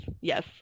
yes